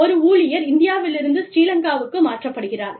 ஒரு ஊழியர் இந்தியாவிலிருந்து ஸ்ரீலங்காவுக்கு மாற்றப்படுகிறார்